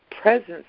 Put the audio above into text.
presence